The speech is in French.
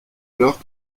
alors